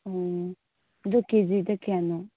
ꯑꯣ ꯑꯗꯨ ꯀꯦ ꯖꯤꯗ ꯀꯌꯥꯅꯣ